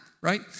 right